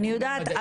אני יודעת.